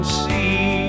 see